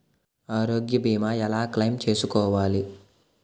ఆరోగ్య భీమా ఎలా క్లైమ్ చేసుకోవాలి?